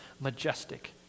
majestic